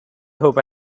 hope